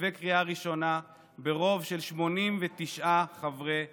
ובקריאה ראשונה ברוב של 89 חברי כנסת.